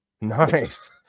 Nice